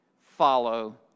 follow